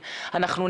מה